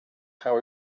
how